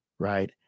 Right